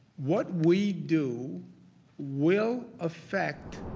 what we do will affect